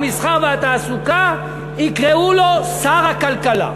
המסחר והתעסוקה יקראו לו שר הכלכלה.